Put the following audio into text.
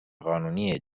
قانونیه